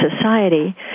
society